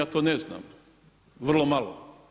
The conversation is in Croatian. To ne znam, vrlo malo.